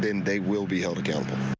then they will be held accountable.